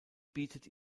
bietet